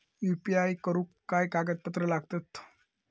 UPI करुक काय कागदपत्रा लागतत?